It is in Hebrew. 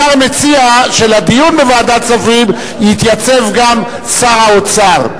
השר מציע שלדיון בוועדת כספים יתייצב גם שר האוצר.